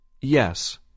Yes